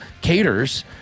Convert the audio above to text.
caters